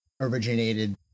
originated